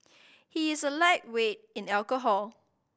he is a lightweight in alcohol